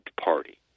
party